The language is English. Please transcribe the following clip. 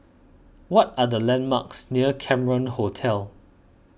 what are the landmarks near Cameron Hotel